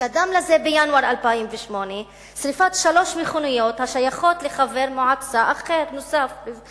וקדמה לזה בינואר 2008 שרפת שלוש מכוניות השייכות לחבר מועצה נוסף אחר,